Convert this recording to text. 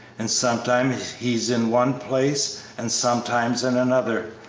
and sometimes he's in one place and sometimes in another,